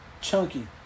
Chunky